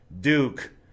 Duke